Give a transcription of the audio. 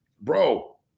bro